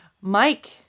Mike